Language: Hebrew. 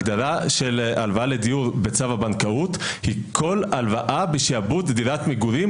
הגדרה של הלוואה לדיור בצו הבנקאות היא כל הלוואה בשעבוד דירת מגורים,